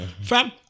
Fam